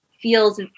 feels